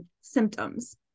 symptoms